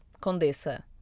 Condesa